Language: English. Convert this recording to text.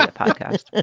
ah podcast